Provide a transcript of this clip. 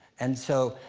and so,